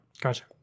gotcha